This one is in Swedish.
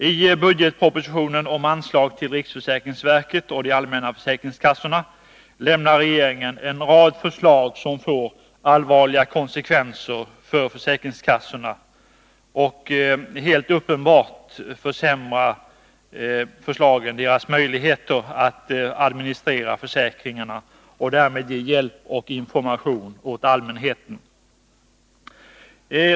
I budgetpropositionen om anslag till riksförsäkringsverket och de allmänna försäkringskassorna lämnar regeringen en rad förslag som får allvarliga konsekvenser för försäkringskassorna och helt uppenbart försämrar deras möjligheter att administrera försäkringarna och därmed ge hjälp och information åt allmänheten.